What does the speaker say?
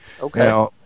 okay